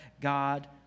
God